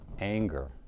Anger